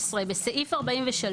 (16), בסעיף 43ב,